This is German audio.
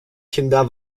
kinder